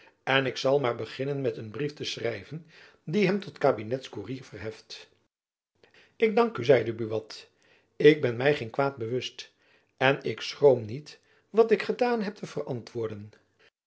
en ik zal maar beginnen met een brief te schrijven die hem tot kabinetskoerier verheft ik dank u zeide buat ik ben my geen kwaad bewust en ik schroom niet wat ik gedaan heb te verantwoorden